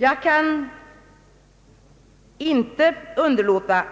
I samband med detta kan jag inte underlåta